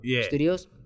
Studios